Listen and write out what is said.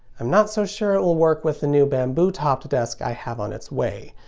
i'm not so sure it will work with the new bamboo-topped desk i have on its way.